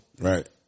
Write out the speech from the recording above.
right